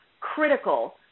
critical